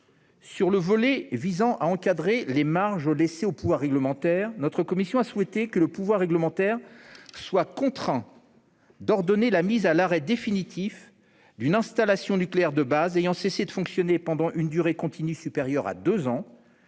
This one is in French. objectif visant à encadrer les marges laissées au pouvoir réglementaire, notre commission a souhaité que ce dernier soit contraint d'ordonner la mise à l'arrêt définitif d'une installation nucléaire de base ayant cessé de fonctionner pendant une durée continue supérieure à deux ans,